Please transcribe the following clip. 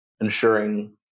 ensuring